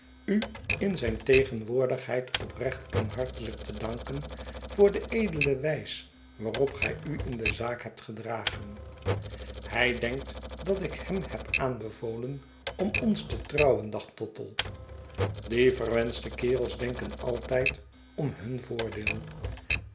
u in zijn tegenwoordigheid oprecht en hartelijk te danken voor de edele wijs waarop gij u in deze zaak hebt gedragen hij denkt dat ik hem heb aanbevolen om ons te trouwen dacht tottle die verwenschte kerels denken altijd om hun voordeel